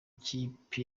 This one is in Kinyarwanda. kipe